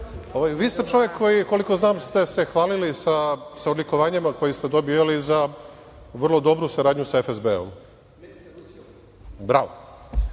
ste čovek koji, koliko znam, ste se hvalili sa odlikovanjima koje ste dobijali za vrlo dobru saradnju sa FSB-om. Bravo.Za